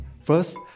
First